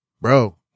bro